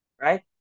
right